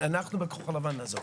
ואנחנו בכחול לבן נעזור.